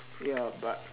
ya but